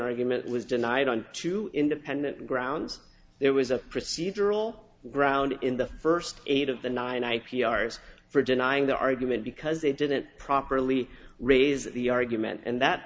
argument was denied on two independent grounds there was a procedural ground in the first eight of the nine i p r for denying the argument because they didn't properly raise the argument and that